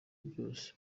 byose